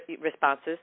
responses